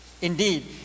Indeed